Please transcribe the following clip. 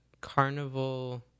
carnival